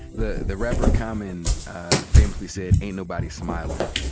the the rapper common famously said, ain't nobody smilin'.